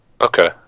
Okay